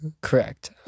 Correct